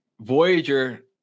Voyager